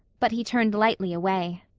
but he turned lightly away.